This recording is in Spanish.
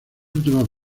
últimas